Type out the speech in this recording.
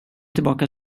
tillbaka